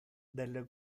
delle